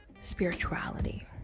spirituality